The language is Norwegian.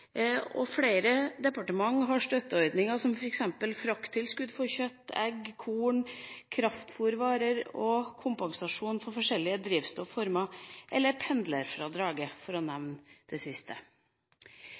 og flere departementer har støtteordninger som f.eks. frakttilskudd for kjøtt, egg, korn, kraftfôrvarer og kompensasjon for forskjellige drivstofformer – eller vi har pendlerfradraget, for å